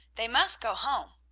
they must go home.